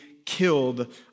killed